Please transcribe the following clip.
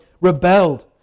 rebelled